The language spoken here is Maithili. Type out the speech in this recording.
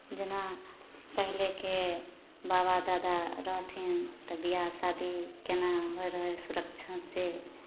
जेना पहिलेके बाबा दादा रहथिन तऽ ब्याह शादी केना होइ रहय सुरक्षासँ